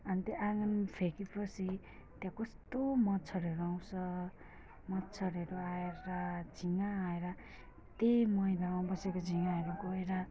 अनि त्यो आँगनमा फ्याँक्योपछि त्यहाँ कस्तो मच्छरहरू आउँछ मच्छरहरू आएर झिँगा आएर त्यही मैलामा बसेको झिँगाहरू गएर